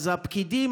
אז הפקידים,